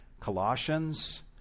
Colossians